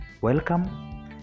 Welcome